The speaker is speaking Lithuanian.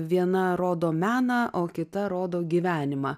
viena rodo meną o kita rodo gyvenimą